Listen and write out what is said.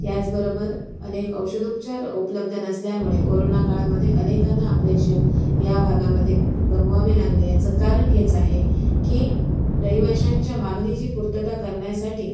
याचबरोबर अनेक औषधोपचार उपलब्ध नसल्यामुळे कोरोना काळामध्ये अनेकांना आपले जीव या भागामध्ये गमवावे लागले याचं कारण हेच आहे की रहिवाशांच्या मागणीची पूर्तता करण्यासाठी